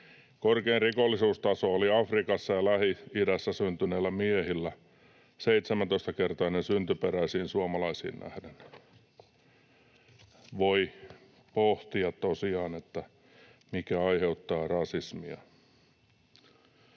Korkein rikollisuustaso oli Afrikassa ja Lähi-idässä syntyneillä miehillä, 17-kertainen syntyperäisiin suomalaisiin nähden. Voi pohtia tosiaan, mikä aiheuttaa rasismia.